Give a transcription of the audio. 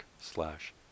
slash